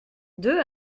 deux